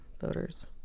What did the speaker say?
voters